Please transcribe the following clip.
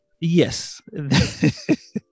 yes